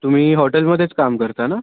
तुम्ही हॉटेलमध्येच काम करता ना